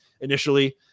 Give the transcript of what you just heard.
initially